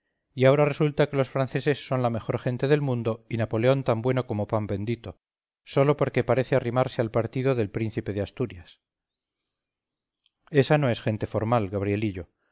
y ahora resulta que los franceses son la mejor gente del mundo y napoleón tan bueno como pan bendito sólo porque parece arrimarse al partido del príncipe de asturias esa no es gente formal gabrielillo